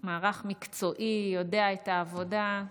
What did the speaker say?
מערך מקצועי, יודע את העבודה.